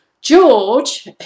George